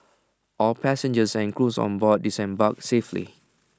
all passengers and crews on board disembarked safely